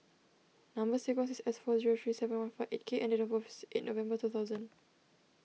Number Sequence is S four zero three seven one five eight K and date of births in November two thousand